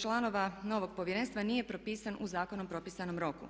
članova novog Povjerenstva nije propisan u zakonom propisanom roku.